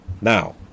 Now